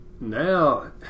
Now